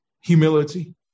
Humility